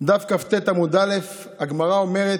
דף כ"ט, עמוד א', הגמרא אומרת: